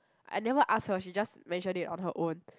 I never ask her she just mention it on her own